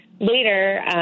later